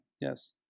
Yes